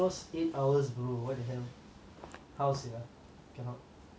house sia cannot only அம்மா:amma can do